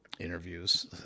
interviews